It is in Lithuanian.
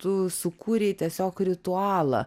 tu sukūrei tiesiog ritualą